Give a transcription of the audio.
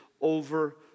over